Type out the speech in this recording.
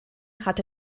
hatte